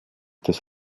des